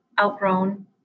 outgrown